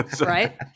right